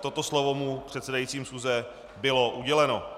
toto slovo mu předsedajícím schůze bylo uděleno.